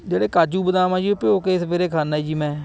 ਜਿਹੜੇ ਕਾਜੂ ਬਦਾਮ ਆ ਜੀ ਉਹ ਭਿਓਂ ਕੇ ਸਵੇਰੇ ਖਾਂਦਾ ਜੀ ਮੈਂ